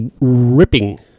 ripping